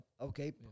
Okay